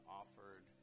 offered